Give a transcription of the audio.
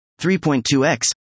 3.2x